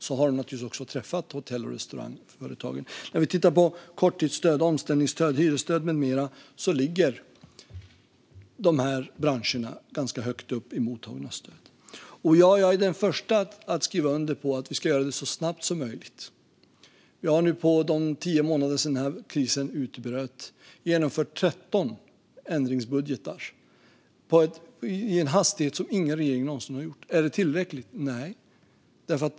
När vi tittar på korttidsstöd, omställningsstöd och hyresstöd med mera ser vi att de här branscherna ligger ganska högt när det gäller mottagande av stöd. Jag är den första att skriva under på att vi ska göra det här så snabbt som möjligt. Vi har nu på de tio månader som har gått sedan den här krisen utbröt genomfört 13 ändringsbudgetar. Det har vi gjort med en hastighet som ingen regering tidigare har haft. Är det tillräckligt? Nej.